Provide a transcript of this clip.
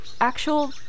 actual